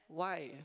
why